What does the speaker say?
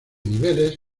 niveles